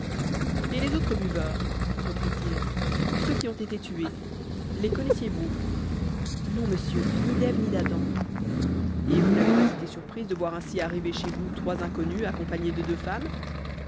et les autres buveurs reprit-il ceux qui ont été tués les connaissiez-vous non monsieur ni d'ève ni d'adam et vous n'avez pas été surprise de voir ainsi arriver chez vous trois inconnus accompagnés de deux femmes